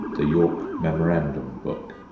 the york memorandum book.